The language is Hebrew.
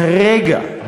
כרגע,